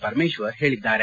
ಪರಮೇಶ್ವರ್ ಹೇಳಿದ್ದಾರೆ